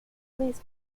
please